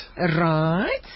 Right